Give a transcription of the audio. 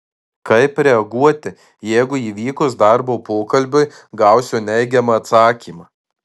kaip reaguoti jeigu įvykus darbo pokalbiui gausiu neigiamą atsakymą